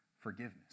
forgiveness